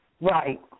Right